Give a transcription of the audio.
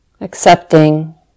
accepting